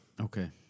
Okay